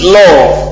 love